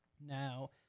Now